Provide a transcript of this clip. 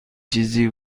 چیزی